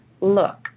look